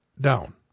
down